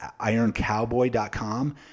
ironcowboy.com